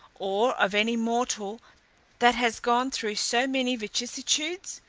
or of any mortal that has gone through so many vicissitudes?